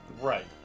right